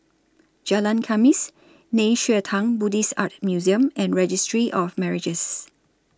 Jalan Khamis Nei Xue Tang Buddhist Art Museum and Registry of Marriages